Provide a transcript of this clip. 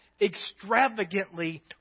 extravagantly